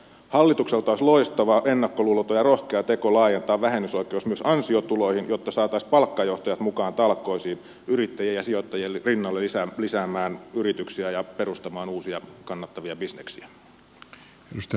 hallitukselta olisi loistava ennakkoluuloton ja rohkea teko laajentaa vähennysoikeus myös ansiotuloihin jotta saataisiin palkkajohtajat mukaan talkoisiin yrittäjien ja sijoittajien rinnalle lisäämään yrityksiä ja perustamaan uusia kannattavia bisneksiä